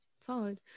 Solid